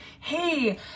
hey